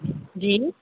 जी